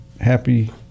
happy